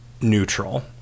neutral